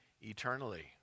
eternally